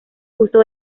justo